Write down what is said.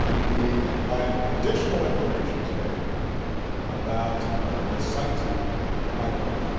we provided additional information today about the site of my birth.